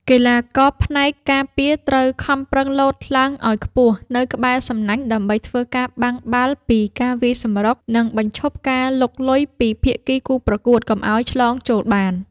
កីឡាករផ្នែកការពារត្រូវខំប្រឹងលោតឡើងឱ្យខ្ពស់នៅក្បែរសំណាញ់ដើម្បីធ្វើការបាំងបាល់ពីការវាយសម្រុក និង បញ្ឈប់ការលុកលុយពីភាគីគូប្រកួតកុំឱ្យឆ្លងចូលបាន។